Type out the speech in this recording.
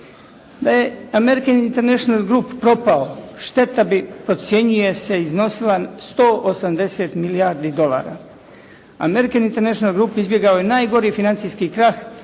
Da je "American international group" propao, šteta bi, procjenjuje se iznosila 180 milijardi dolara. "American international group" izbjegao je najgori financijskih krah